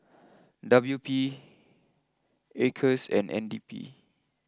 W P Acres and N D P